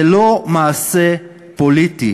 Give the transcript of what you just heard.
זה לא מעשה פוליטי.